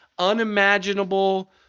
unimaginable